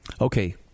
Okay